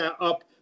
up